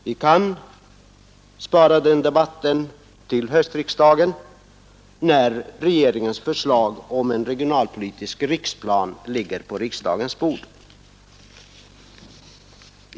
Vi kan spara den debatten till höstriksdagen, när regeringens förslag om en regionalpolitisk riksplan ligger på riksdagens bord.